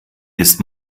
ist